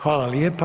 Hvala lijepo.